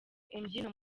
imbyino